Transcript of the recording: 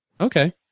Okay